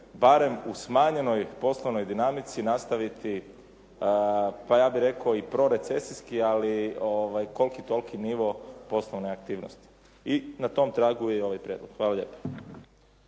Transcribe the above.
barem u smanjenoj poslovnoj dinamici nastaviti pa ja bih rekao i prorecesijski, ali koliki toliki nivo poslovne aktivnosti. I na tom tragu je i ovaj prijedlog. Hvala lijepa.